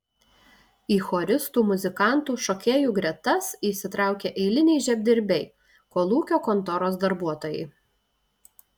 į choristų muzikantų šokėjų gretas įsitraukė eiliniai žemdirbiai kolūkio kontoros darbuotojai